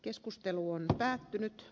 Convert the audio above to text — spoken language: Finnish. keskustelu on päättynyt